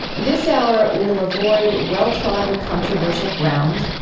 this hour, we'll avoid well-trodden controversial ground.